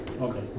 Okay